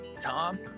Tom